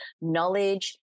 knowledge